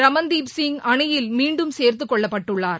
ரமன் தீப் சிங் அணியில் மீண்டும் சேர்த்துக் கொள்ளப்பட்டுள்ளார்